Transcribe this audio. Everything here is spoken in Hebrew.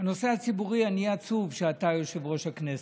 בנושא הציבורי אני עצוב שאתה יושב-ראש הכנסת,